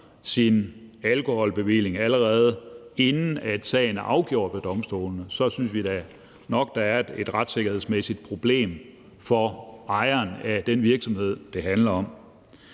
sin alkoholbevilling, allerede inden sagen er afgjort ved domstolene, synes vi da nok, at der er et retssikkerhedsmæssigt problem for ejeren af den virksomhed, det handler om.